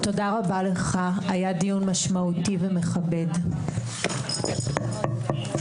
13:49.